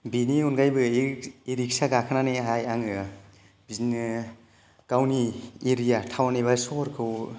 बेनि अनगायैबो इ रिक्सा गाखोनानैहाय आङो बिदिनो गावनि एरिया टाउन एबा सहरखौ